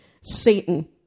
Satan